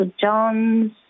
Johns